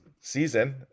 season